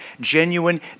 genuine